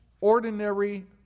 ordinary